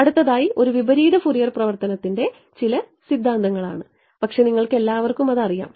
അടുത്തതായി ഒരു വിപരീത ഫുറിയർ പരിവർത്തനത്തിന്റെ ചില സിദ്ധാന്തങ്ങളാണ് പക്ഷേ നിങ്ങൾക്കെല്ലാവർക്കും അത് അറിയാം